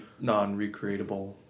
non-recreatable